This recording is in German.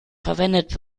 verwendet